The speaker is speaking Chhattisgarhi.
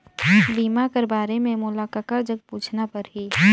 बीमा कर बारे मे मोला ककर जग पूछना परही?